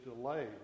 delayed